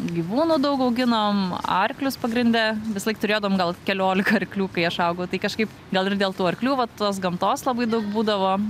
gyvūnų daug auginom arklius pagrinde vislaik turėdavom gal keliolika arklių kai aš augau tai kažkaip gal ir dėl tų arklių va tos gamtos labai daug būdavo